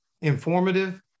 informative